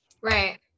Right